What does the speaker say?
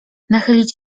nachylić